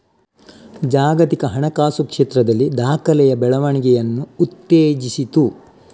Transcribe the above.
ಜಾಗತಿಕ ಹಣಕಾಸು ಕ್ಷೇತ್ರದಲ್ಲಿ ದಾಖಲೆಯ ಬೆಳವಣಿಗೆಯನ್ನು ಉತ್ತೇಜಿಸಿತು